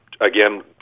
again